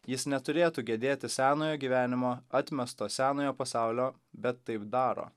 jis neturėtų gedėti senojo gyvenimo atmesto senojo pasaulio bet taip daro